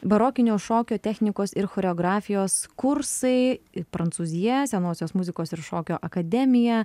barokinio šokio technikos ir choreografijos kursai ir prancūzija senosios muzikos ir šokio akademija